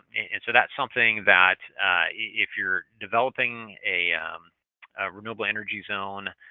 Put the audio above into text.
and so, that's something that if you're developing a renewable energy zone,